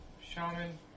shaman